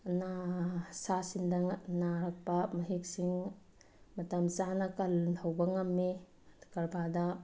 ꯑꯅꯥ ꯁꯥꯁꯤꯡꯗ ꯅꯥꯔꯛꯄ ꯃꯍꯤꯛꯁꯤꯡ ꯃꯇꯝ ꯆꯥꯅ ꯀꯟꯍꯧꯕ ꯉꯝꯃꯦ ꯀꯔꯕꯥꯔꯗ